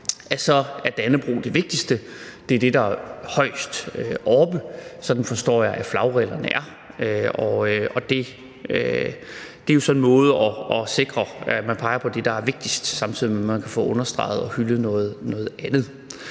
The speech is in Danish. at Dannebrog er det vigtigste. Det er det, der er højst oppe. Sådan forstår jeg at flagreglerne er. Det er jo så en måde at sikre, at man peger på det, der er vigtigst, samtidig med at man får understreget og hyldet noget andet.